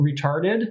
retarded